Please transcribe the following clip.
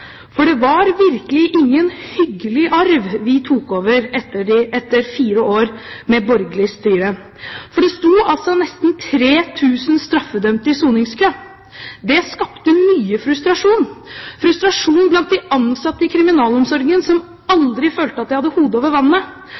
2005. Det var virkelig ingen hyggelig arv vi tok over etter fire år med borgerlig styre. Det sto nesten 3 000 straffedømte i soningskø. Det skapte mye frustrasjon, frustrasjon blant de ansatte i kriminalomsorgen, som aldri følte de hadde hodet over vannet,